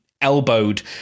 elbowed